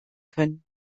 können